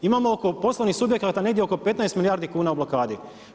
Imamo poslovnih subjekata negdje oko 15 milijardi kuna u blokadi.